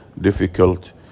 difficult